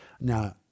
Now